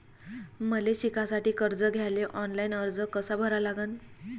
मले शिकासाठी कर्ज घ्याले ऑनलाईन अर्ज कसा भरा लागन?